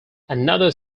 another